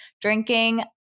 drinking